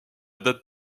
date